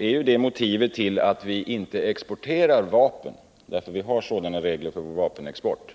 landets förhållande i Mellersta Östern-konflikten är det motivet till att vi inte exporterar vapen — vi har nämligen sådana regler för vår vapenexport.